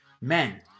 men